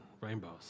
rainbows